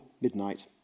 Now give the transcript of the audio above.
midnight